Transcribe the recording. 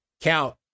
Count